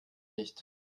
nicht